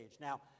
now